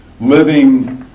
living